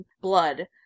Blood